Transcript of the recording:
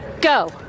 Go